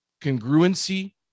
congruency